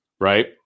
right